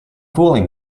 fooling